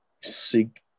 seek